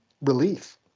relief